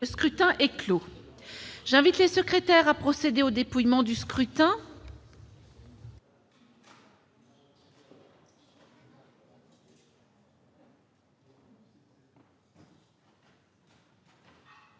Le scrutin est clos. J'invite Mmes et MM. les secrétaires à procéder au dépouillement du scrutin.